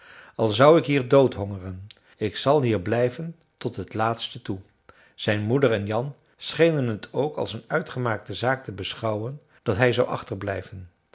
al zou ik hier doodhongeren ik zal hier blijven tot het laatste toe zijn moeder en jan schenen het ook als een uitgemaakte zaak te beschouwen dat hij zou achterblijven